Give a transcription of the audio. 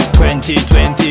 2020